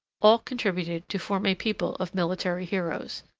all contributed to form a people of military heroes.